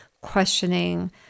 questioning